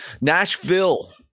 Nashville